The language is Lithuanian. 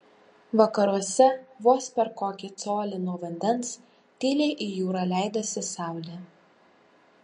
vakaruose vos per kokį colį nuo vandens tyliai į jūrą leidosi saulė